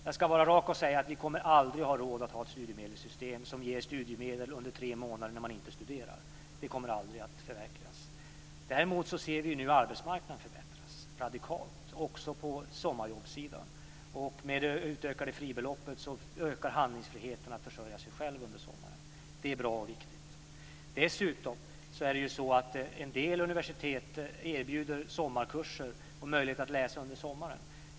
Jag ska vara rak och säga att vi aldrig kommer att ha råd att ha ett studiemedelssystem som ger studiemedel under tre månader då man inte studerar. Det kommer aldrig att förverkligas. Däremot ser vi nu att arbetsmarknaden förbättras radikalt även på sommarjobbssidan. Och med det utökade fribeloppet ökar handlingsfriheten att försörja sig själv under sommaren. Det är bra och viktigt. Dessutom erbjuder en del universitet sommarkurser och möjlighet att läsa under sommaren.